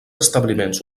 establiments